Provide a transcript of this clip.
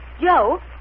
Joe